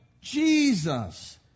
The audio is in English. Jesus